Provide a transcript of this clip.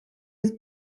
his